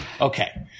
Okay